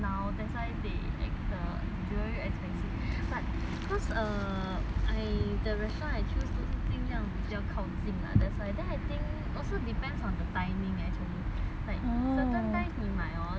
very expensive but cause err I the restaurant I choose 都是尽量比较靠近 lah that's why then I think also depends on the timing actually like certain times 你买 hor then the shipping fee won't be so ex